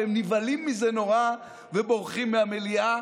והם נבהלים מזה נורא ובורחים מהמליאה,